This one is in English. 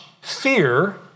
fear